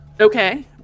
Okay